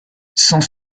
cent